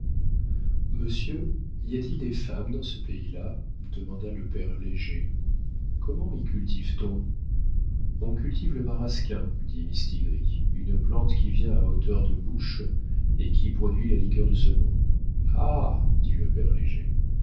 monsieur y a-t-il des fermes dans ce pays-là demanda le père léger comment y cultive t on on cultive le marasquin dit mistigris une plante qui vient à hauteur de bouche et qui produit la liqueur de ce nom ah dit le père